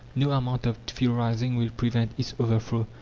no amount of theorizing will prevent its overthrow,